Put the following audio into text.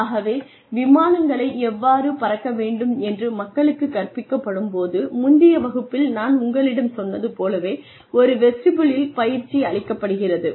ஆகவே விமானங்களை எவ்வாறு பறக்க வேண்டும் என்று மக்களுக்கு கற்பிக்கப்படும் போது முந்தைய வகுப்பில் நான் உங்களிடம் சொன்னது போலவே ஒரு வெஸ்டிபுலில் பயிற்சி அளிக்கப்படுகிறது